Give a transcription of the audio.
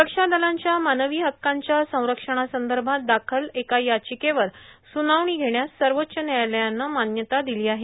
स्रक्षा दलांच्या मानवी हक्कांच्या संरक्षणासंदर्भात दाखल एका याचिकेवर सुनावणी घेण्यास सर्वोच्च न्यायालयानं मान्यता दिली आहे